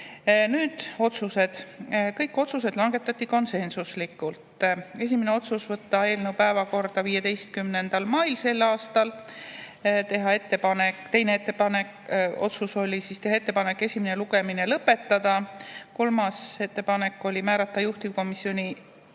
otsused. Kõik otsused langetati konsensuslikult. Esimene otsus oli võtta eelnõu päevakorda 15. mail sel aastal. Teine otsus oli teha ettepanek esimene lugemine lõpetada. Kolmas ettepanek oli määrata juhtivkomisjoni